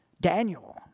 Daniel